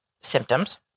symptoms